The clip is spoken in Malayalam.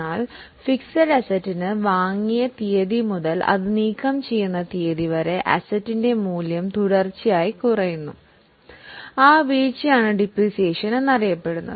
എന്നാൽ ഫിക്സഡ് അസറ്റിന് വാങ്ങിയ തീയതി മുതൽ അത് നീക്കം ചെയ്ത തീയതി വരെ അസറ്റിന്റെ മൂല്യം തുടർച്ചയായി കുറയുന്നു ആ വീഴ്ചയാണ് മൂല്യത്തകർച്ച എന്നറിയപ്പെടുന്നത്